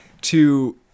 to-